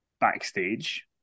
backstage